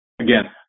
again